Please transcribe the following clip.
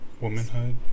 Womanhood